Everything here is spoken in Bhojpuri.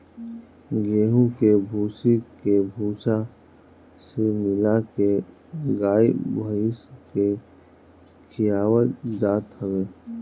गेंहू के भूसी के भूसा में मिला के गाई भाईस के खियावल जात हवे